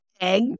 Egg